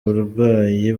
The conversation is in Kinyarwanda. uburwayi